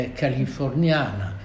californiana